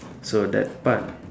so that's what